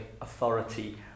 authority